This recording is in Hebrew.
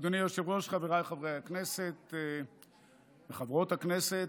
חבריי חברי הכנסת וחברות הכנסת,